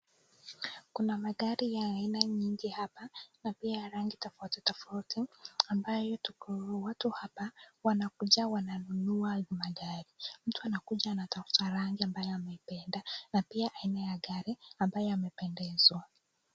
Kuna magari ya aina nyingi hapa na pia ya rangi tofauti tofauti ambayo watu hapa wanakuja wananunua magari. Mtu anakuja anatafuta rangi ambayo ameipenda na pia aina ya gari ambayo amependezwa.